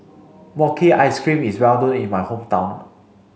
Mochi ice cream is well known in my hometown